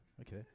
Okay